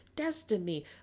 destiny